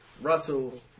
Russell